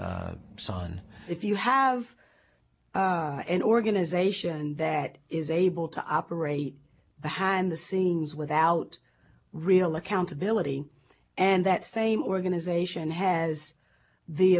s son if you have an organization that is able to operate the high and the scenes without real accountability and that same organization has the